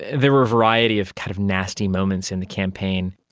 there were a variety of kind of nasty moments in the campaign.